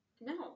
No